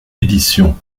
édition